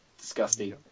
disgusting